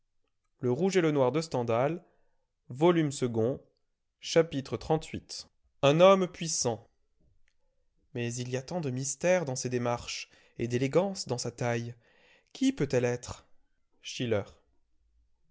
chapitre xxxviii un homme puissant mais il y a tant de mystère dans ses démarches et d'élégance dans sa taille qui peut-elle être schiller